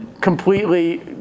completely